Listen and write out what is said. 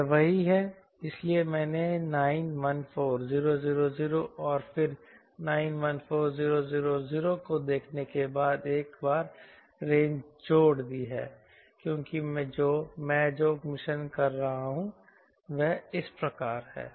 यह वही है इसीलिए मैंने 914000 और फिर 914000 को देखने के बाद एक बार रेंज जोड़ दी है क्योंकि मैं जो मिशन कर रहा हूं वह इस प्रकार है